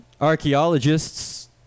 archaeologists